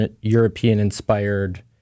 European-inspired